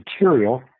material